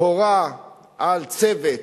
הורה על הקמת צוות,